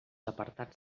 apartats